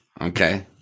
Okay